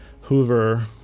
Hoover